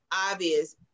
obvious